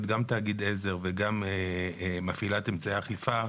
גם תאגיד עזר וגם מפעילת אמצעי אכיפה.